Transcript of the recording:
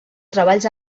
treballs